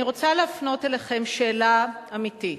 אני רוצה להפנות אליכם שאלה אמיתית.